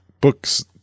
books